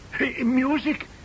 Music